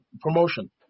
promotion